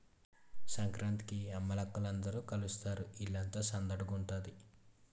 సంకురాత్రికి అమ్మలక్కల అందరూ కలుస్తారు ఇల్లంతా సందడిగుంతాది